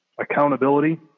Accountability